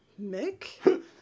Mick